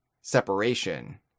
separation